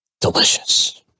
Delicious